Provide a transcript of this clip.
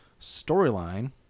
Storyline